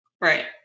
Right